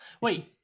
Wait